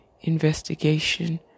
investigation